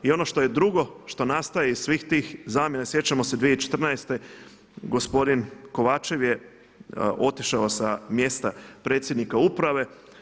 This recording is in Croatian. I ono što je drugo, što nastaje iz svih tih zamjena, sjećamo se 2014. gospodin Kovačev je otišao sa mjesta predsjednika Uprave.